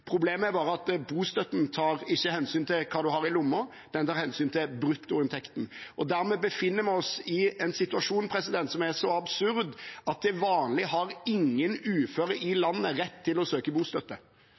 Problemet er bare at bostøtten ikke tar hensyn til hva man har i lommen; den tar hensyn til bruttoinntekten. Dermed befinner vi oss i en situasjon som er så absurd at til vanlig har ingen uføre i